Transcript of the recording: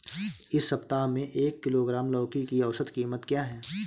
इस सप्ताह में एक किलोग्राम लौकी की औसत कीमत क्या है?